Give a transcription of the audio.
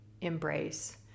embrace